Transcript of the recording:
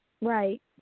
Right